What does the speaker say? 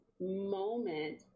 moment